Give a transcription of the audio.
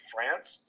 France